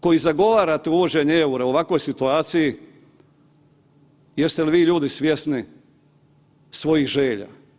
Svi vi koji zagovarate uvođenje EUR-a u ovakvoj situaciji, jeste li vi ljudi svjesni svojih želja?